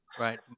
right